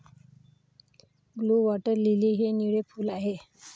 blue water lily हे निळे फूल आहे